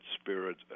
spirit